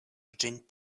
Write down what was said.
ĝin